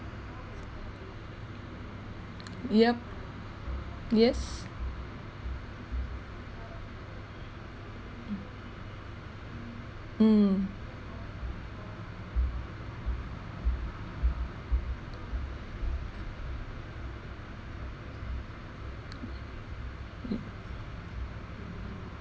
yup yes mm